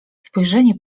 spojrzenie